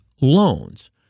loans